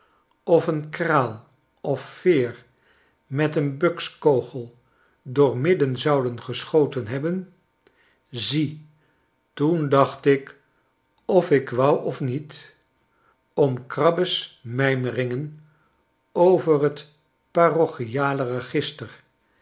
of een kraal of veer met een bukskogel door midden zouden geschoten hebben zie toen dacht ik ofikwou of niet om orabbe's mijmeringen over'tparochiale register